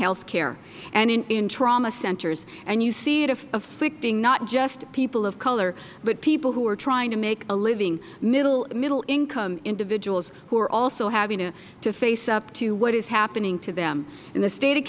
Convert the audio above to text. health care and in trauma centers and you see it afflicting not just people of color but people who are trying to make a living middle income individuals who are also having to face up to what is happening to them in the state of